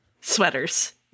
Sweaters